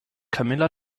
camilla